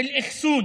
של אחסון